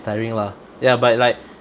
it's tiring lah ya but like